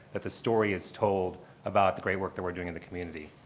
that the story is told about the great work that we're doing in the community.